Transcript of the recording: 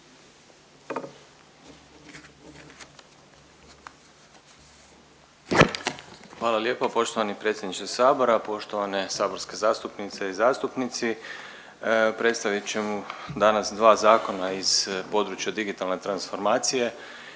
Hvala lijepo poštovani predsjedniče sabora. Poštovane saborske zastupnice i zastupnici. Predstavit ćemo danas dva zakona iz područja digitalne transformacije